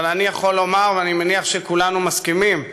אבל אני יכול לומר, ואני מניח שכולנו מסכימים,